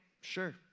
sure